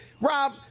Rob –